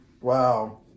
Wow